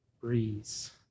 breeze